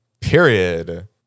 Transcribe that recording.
period